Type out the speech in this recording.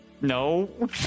No